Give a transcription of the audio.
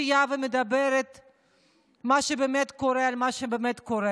חופשית ומדברת על מה שבאמת קורה?